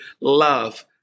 Love